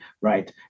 right